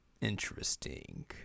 Interesting